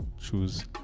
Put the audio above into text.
choose